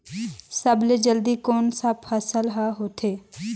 सबले जल्दी कोन सा फसल ह होथे?